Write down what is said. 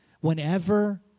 Whenever